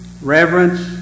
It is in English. reverence